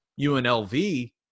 UNLV